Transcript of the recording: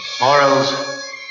morals